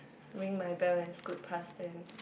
ring my bell and scoot pass them